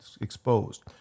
exposed